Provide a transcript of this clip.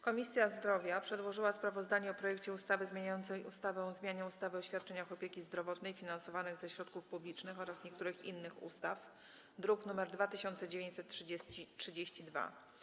Komisja Zdrowia przedłożyła sprawozdanie o projekcie ustawy zmieniającej ustawę o zmianie ustawy o świadczeniach opieki zdrowotnej finansowanych ze środków publicznych oraz niektórych innych ustaw, druk nr 2932.